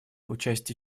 участие